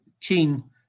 keen